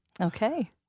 Okay